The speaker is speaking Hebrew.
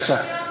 בבקשה.